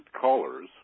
callers